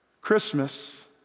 Christmas